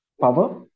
power